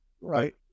Right